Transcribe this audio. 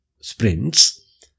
sprints